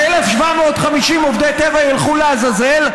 ש-1,750 עובדי טבע ילכו לעזאזל,